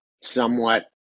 somewhat